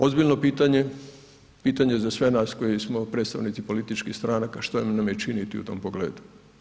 Ozbiljno pitanje, pitanje za sve nas koji smo predstavnici političkih stranaka, što nam je činiti u tom pogledu.